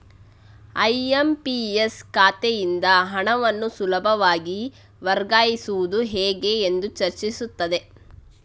IMPS ಖಾತೆಯಿಂದ ಹಣವನ್ನು ಸುಲಭವಾಗಿ ವರ್ಗಾಯಿಸುವುದು ಹೇಗೆ ಎಂದು ಚರ್ಚಿಸುತ್ತದೆ